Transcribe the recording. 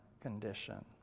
condition